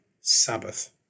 Sabbath